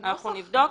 אנחנו נבדוק.